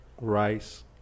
Rice